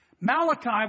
Malachi